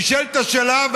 נשאלת השאלה,